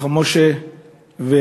חכם משה ואחיו,